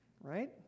right